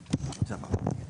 בסדר.